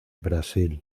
brasil